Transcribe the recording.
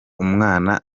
umwana